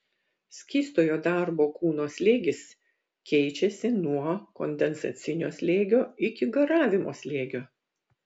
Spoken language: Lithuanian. skystojo darbo kūno slėgis keičiasi nuo kondensacinio slėgio iki garavimo slėgio